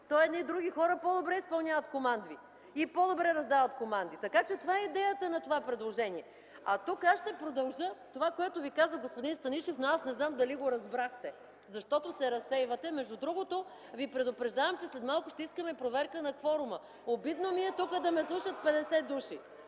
Едни други хора по-добре изпълняват команди и по-добре раздават команди. Така че това е идеята на това предложение. И тук аз ще продължа това, което ви каза господин Станишев, но аз не знам дали го разбрахте, защото се разсейвате. Между другото ви предупреждавам, че след малко ще искаме проверка на кворума. (Реплики от ГЕРБ.) Обидно ми е тук да ме слушат 50 души.